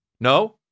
No